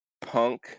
punk